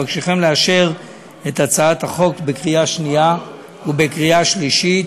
אבקשכם לאשר אותה בקריאה שנייה ובקריאה שלישית.